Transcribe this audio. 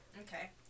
Okay